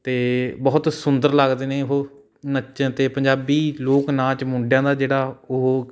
ਅਤੇ ਬਹੁਤ ਸੁੰਦਰ ਲੱਗਦੇ ਨੇ ਉਹ ਨੱਚਣ ਅਤੇ ਪੰਜਾਬੀ ਲੋਕ ਨਾਚ ਮੁੰਡਿਆਂ ਦਾ ਜਿਹੜਾ ਉਹ